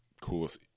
coolest